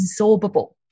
absorbable